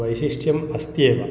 वैशिष्ट्यम् अस्त्येव